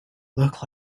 look